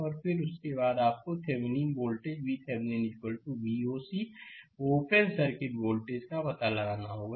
और फिर उसके बाद आपको Thevenin voltage VThevenin Voc open circuit voltage का पता लगाना होगा